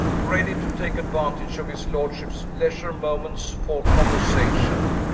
ready to take advantage of his lordship's leisure moments for conversation.